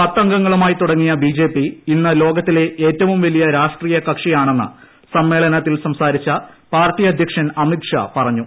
പത്ത് അംഗങ്ങളുമായി തുടങ്ങിയ ബ്യൂ ജെ പി ഇന്ന് ലോകത്തിലെ ഏറ്റവും വലിയ രാഷ്ട്രീയ കക്ഷിയ്ക്കിന്ന് സമ്മേളനത്തിൽ സംസാരിച്ച പാർട്ടി അധ്യക്ഷൻ അമീത്ഷാ പറഞ്ഞു